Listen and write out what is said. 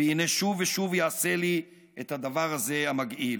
/ והוא שוב ושוב יעשה לי / את הדבר הזה המגעיל.